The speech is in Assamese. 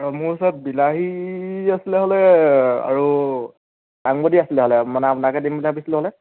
মোৰ ওচৰত বিলাহী আছিলে হ'লে আৰু আৰু দাংবদী আছিলে হ'লে মানে আপোনাকে দিম বুলি ভাবিছিলোঁ হ'লে